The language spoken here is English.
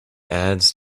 ads